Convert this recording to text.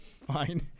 fine